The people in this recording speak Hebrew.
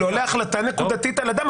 לא להחלטה נקודתית על אדם.